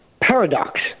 paradox